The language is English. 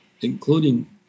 Including